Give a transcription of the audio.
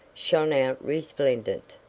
shone out resplendent.